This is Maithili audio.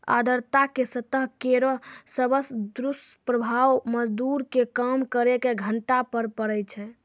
आर्द्रता के स्तर केरो सबसॅ दुस्प्रभाव मजदूर के काम करे के घंटा पर पड़ै छै